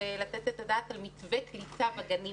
לתת את הדעת על מתווה קליטה בגנים.